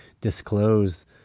disclose